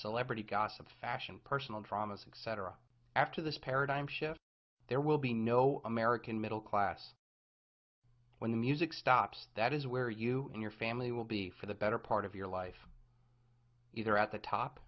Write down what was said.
celebrity gossip fashion personal dramas and cetera after this paradigm shift there will be no american middle class when the music stops that is where you and your family will be for the better part of your life either at the top